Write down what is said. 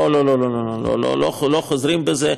לא לא לא לא, לא חוזרים לזה.